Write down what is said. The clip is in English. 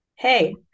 Hey